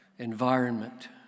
environment